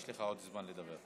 יש לך עוד זמן לדבר.